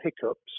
hiccups